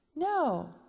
No